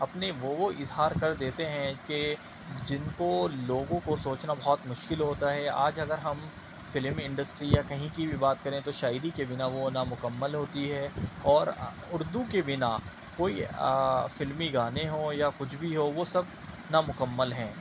اپنے وہ اظہار کر دیتے ہیں کہ جن کو لوگوں کو سوچنا بہت مشکل ہوتا ہے آج اگر ہم فلمی انڈسٹری یا کہیں کی بھی بات کریں تو شاعری کے بنا وہ نا مکمل ہوتی ہے اور اردو کے بنا کوئی فلمی گانے ہوں یا کچھ بھی ہو وہ سب نا مکمل ہیں